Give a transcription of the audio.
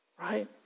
Right